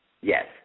Yes